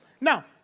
Now